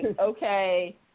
okay